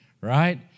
right